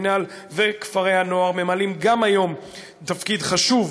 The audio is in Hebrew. המינהל וכפרי הנוער ממלאים גם היום תפקיד חשוב